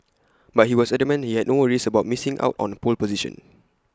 but he was adamant he had no worries about missing out on the pole position